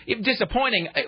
disappointing